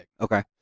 Okay